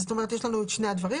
זאת אומרת, יש לנו את שני הדברים.